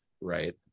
right